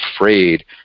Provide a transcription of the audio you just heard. afraid